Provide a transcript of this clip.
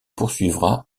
poursuivra